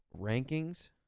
rankings